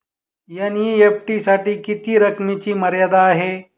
NEFT साठी किती रकमेची मर्यादा आहे?